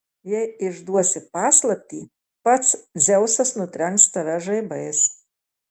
jei išduosi paslaptį pats dzeusas nutrenks tave žaibais